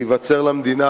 ייווצר למדינה,